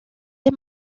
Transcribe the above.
des